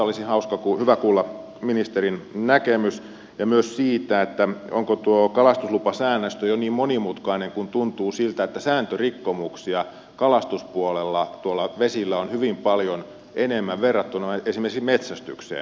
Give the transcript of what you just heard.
eli tästä olisi hyvä kuulla ministerin näkemys ja myös siitä onko tuo kalastuslupasäännöstö jo liian monimutkainen kun tuntuu siltä että sääntörikkomuksia kalastuspuolella tuolla vesillä on hyvin paljon enemmän verrattuna esimerkiksi metsästykseen